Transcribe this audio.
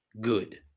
good